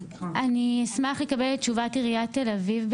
אני אשמח לקבל את תשובת עיריית חיפה,